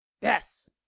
Yes